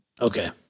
okay